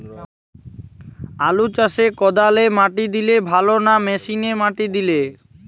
আলু চাষে কদালে মাটি দিলে ভালো না মেশিনে মাটি দিলে?